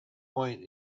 point